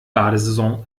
badesaison